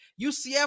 UCF